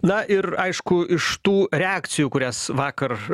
na ir aišku iš tų reakcijų kurias vakar